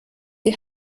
die